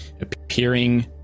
Appearing